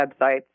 websites